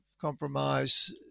compromise